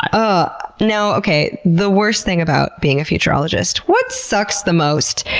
um now, okay. the worst thing about being a futurologist. what sucks the most?